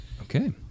Okay